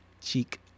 cheek